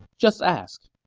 just ask.